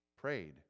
prayed